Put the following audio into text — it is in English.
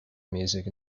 music